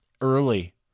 early